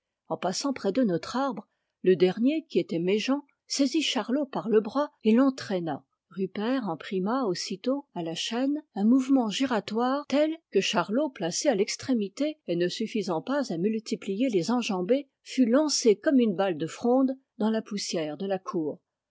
en passant près de notre arbre le dernier qui était méjean saisit charlot par le bras et l'en traîna rupert imprima aussitôt à la chaîne un mouvement giratoire tel que charlot placé à l'extrémité et ne suffisant pas à multiplier les enjambées fut lancé comme une balle de fronde dans la poussière de la cour